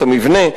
את המבנה,